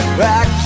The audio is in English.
back